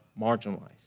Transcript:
marginalized